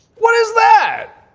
what is that?